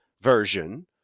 version